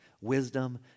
wisdom